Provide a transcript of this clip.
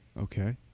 Okay